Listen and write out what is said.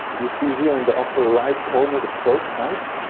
you see here in the upper right corner, the probe type.